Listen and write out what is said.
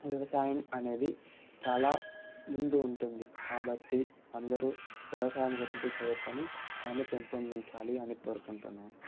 వ్యవసాయం అనేది చాలా ముందు ఉంటుంది కాబట్టి అందరు వ్యవసాయం గురించి చదువుకొని దాన్ని పెంపొందించాలి అని కోరుకుంటున్నాను